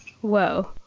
Whoa